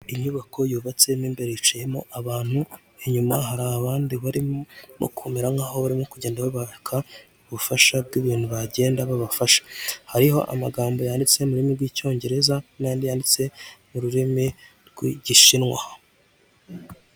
Inyubako yubatse mo imbere yiciyemo abantu inyuma hari abandi barimo kumera nk'aho barimo kugenda babaka ubufasha bw'ibintu bagenda babafasha hariho amagambo yanditse m'ururimi rw'icyongereza n'andi yanditse m'ururimi rw'igishinwa.